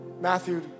Matthew